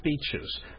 speeches